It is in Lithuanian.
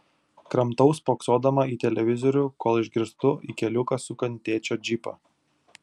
kramtau spoksodama į televizorių kol išgirstu į keliuką sukant tėčio džipą